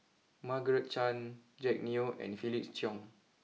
Margaret Chan Jack Neo and Felix Cheong